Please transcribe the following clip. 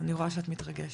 רואה שאת מתרגשת.